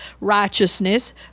righteousness